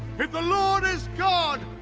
the lord is god,